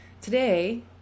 Today